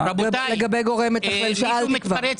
לדעת.